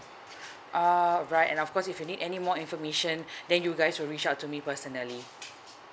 ah right and of course if you need any more information then you guys will reach out to me personally